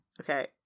Okay